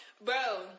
Bro